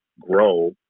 grow